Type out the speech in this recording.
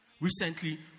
Recently